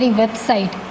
website